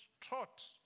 taught